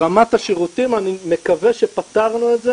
ברמת השירותים אני מקווה שפתרנו את זה